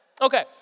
Okay